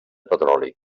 petroli